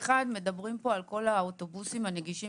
ראשית: מדברים פה על כל האוטובוסים הנגישים,